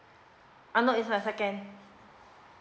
uh no it's my second